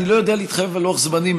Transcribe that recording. אתה יכולה להתחייב על לוח זמנים?